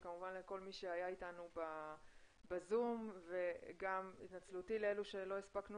וכמובן לכל מי שהיה איתנו בזום וגם התנצלותי לכל אלה שלא הספקנו